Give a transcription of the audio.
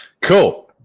Cool